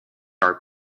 are